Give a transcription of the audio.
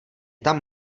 tam